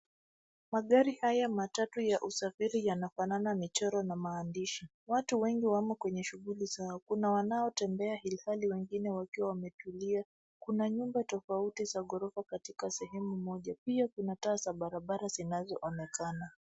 Magari haya matatu ya usafiri yanafanana michoro na maandishi. Watu wengi wamo kwenye shughuli zao, kuna wanaotembea ilhali, wengine wakiwa wametulia, kuna nyumba tofauti za ghorofa katika sehemu moja, pia kuna taa za barabara zinazoonekana.